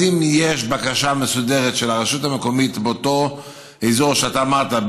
אז אם יש בקשה מסודרת של הרשות המקומית באותו אזור שאתה אמרת,